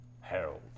Harold